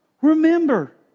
Remember